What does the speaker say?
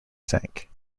sank